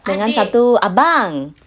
dengan satu abang